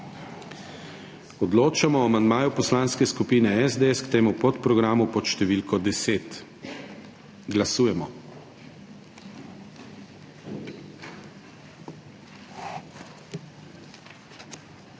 Odločamo o amandmaju Poslanske skupine SDS k temu podprogramu pod številko 1. Glasujemo.